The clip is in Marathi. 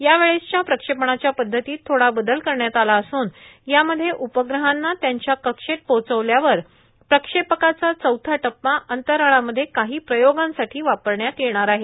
यावेळेसच्या प्रक्षेपणाच्या पद्वतीत थोडा बदल करण्यात आला असून यामध्ये उपग्रहाना त्यांच्या कक्षेत पोचविल्यावर प्रक्षेपकाचा चौथा टप्पा अंतराळामध्ये काही प्रयोगांसाठी वापरण्यात येणार आहे